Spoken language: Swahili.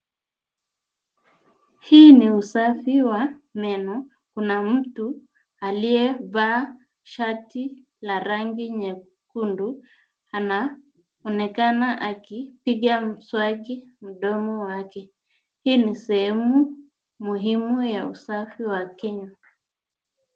Hii ni usafi wa meno. Kuna mtu aliyevaa shati la rangi nyekundu, anaonekana akipiga mswaki mdomo wake. Hii ni sehemu muhimu ya usafi wa kinywa.